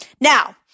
now